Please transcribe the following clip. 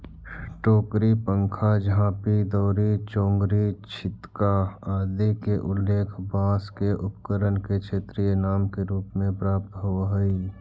टोकरी, पंखा, झांपी, दौरी, चोंगरी, छितका आदि के उल्लेख बाँँस के उपकरण के क्षेत्रीय नाम के रूप में प्राप्त होवऽ हइ